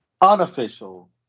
unofficial